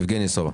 יבגני סובה.